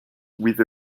with